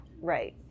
right